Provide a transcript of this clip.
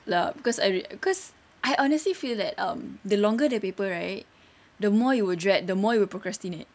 lah cause I cause I honestly feel that um the longer the paper right the more you will drag the more you will procrastinate